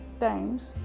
times